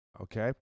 okay